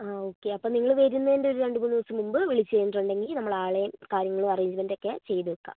ആ ഓക്കെ അപ്പം നിങ്ങള് വരുന്നതിൻ്റെയൊരു രണ്ട് മൂന്ന് ദിവസം മുമ്പ് വിളിച്ച് കഴിഞ്ഞിട്ടുണ്ടെങ്കിൽ നമ്മള് ആളെയും കാര്യങ്ങളും അറേഞ്ച്മെന്റൊക്കെ ചെയ്തു വയ്ക്കാം